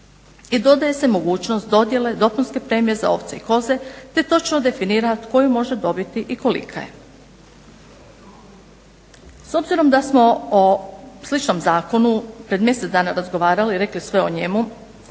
i dodaje se mogućnost dodjele dopunske premije za ovce i koze te točno definira tko ju može dobiti i kolika je. S obzirom da smo o sličnom zakonu pred mjesec dana razgovarali, rekli sve o njemu,